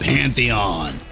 Pantheon